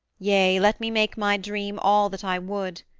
yea, let me make my dream all that i would.